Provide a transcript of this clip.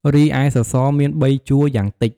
រីឯសសរមាន៣ជួរយ៉ាងតិច។